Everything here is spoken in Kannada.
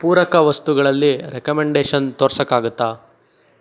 ಪೂರಕ ವಸ್ತುಗಳಲ್ಲಿ ರೆಕಮಂಡೇಶನ್ ತೋರ್ಸೋಕ್ಕಾಗುತ್ತ